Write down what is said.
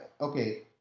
okay